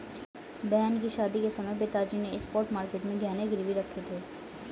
बहन की शादी के समय पिताजी ने स्पॉट मार्केट में गहने गिरवी रखे थे